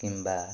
କିମ୍ବା